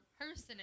person